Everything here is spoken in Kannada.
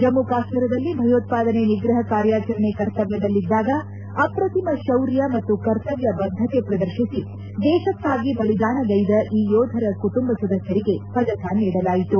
ಜಮ್ಮ ಕಾಶ್ಮೀರದಲ್ಲಿ ಭಯೋತ್ವಾದನೆ ನಿಗ್ರಹ ಕಾರ್ಯಾಚರಣೆ ಕರ್ತವ್ಯದಲ್ಲಿದ್ದಾಗ ಅಪ್ರತಿಮ ಶೌರ್ಯ ಮತ್ತು ಕರ್ತವ್ಯ ಬದ್ದತೆ ಪ್ರದರ್ತಿಸಿ ದೇಹಕ್ಕಾಗಿ ಬಲಿದಾನಗೈದ ಈ ಯೋಧರ ಕುಟುಂಬ ಸದಸ್ಯರಿಗೆ ಪದಕ ನೀಡಲಾಯಿತು